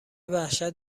وحشت